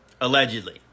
Allegedly